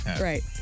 Right